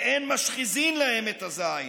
ואין משחיזין להם את הזין.